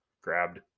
grabbed